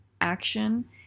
Action